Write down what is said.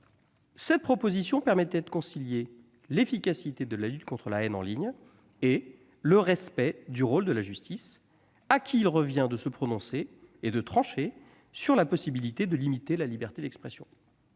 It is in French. Cette proposition permettait de concilier l'efficacité de la lutte contre la haine en ligne et le respect du rôle de la justice, à qui il revient de se prononcer et de trancher sur la possibilité de limiter la liberté d'expression.